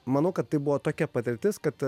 manau kad tai buvo tokia patirtis kad